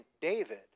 David